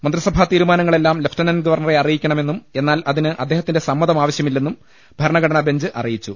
മന്ത്രിസഭാതീരുമാനങ്ങളെല്ലാം lieutenant ഗവർണറെ അറി യിക്കണമെന്നും എന്നാൽ അതിന് അദ്ദേഹത്തിന്റെ സമ്മതം ആവ ശ്യമില്ലെന്നും ഭരണഘടനാബെഞ്ച് അറിയിച്ചു